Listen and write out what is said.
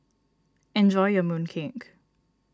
enjoy your Mooncake